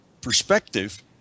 perspective